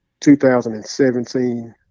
2017